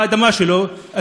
באדמה שלו,